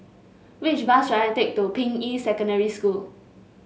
which bus should I take to Ping Yi Secondary School